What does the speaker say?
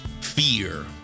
fear